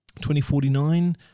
2049